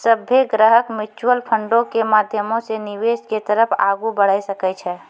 सभ्भे ग्राहक म्युचुअल फंडो के माध्यमो से निवेश के तरफ आगू बढ़ै सकै छै